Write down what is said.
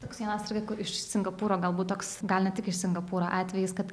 toks vienas irgi iš singapūro galbūt toks gal ne tik iš singapūro atvejis kad